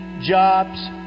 jobs